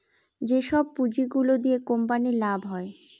যেসব পুঁজি গুলো দিয়া কোম্পানির লাভ হয়